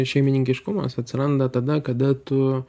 šeimininkiškumas atsiranda tada kada tu